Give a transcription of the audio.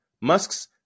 Musk's